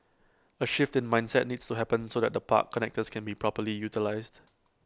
A shift in mindset needs to happen so that the park connectors can be properly utilised